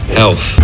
health